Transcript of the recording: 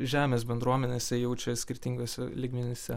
žemės bendruomenėse jaučia skirtinguose lygmenyse